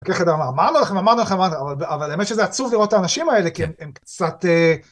אמרנו לכם, אמרנו לכם, אמרנו לכם, אבל האמת שזה עצוב לראות את האנשים האלה, כי הם קצת אה...